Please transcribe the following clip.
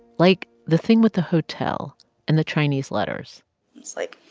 like the thing with the hotel and the chinese letters it's like.